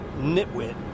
nitwit